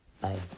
Bye